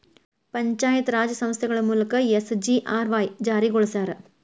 ಪಂಚಾಯತ್ ರಾಜ್ ಸಂಸ್ಥೆಗಳ ಮೂಲಕ ಎಸ್.ಜಿ.ಆರ್.ವಾಯ್ ಜಾರಿಗೊಳಸ್ಯಾರ